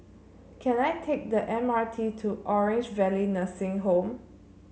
can I take the M R T to Orange Valley Nursing Home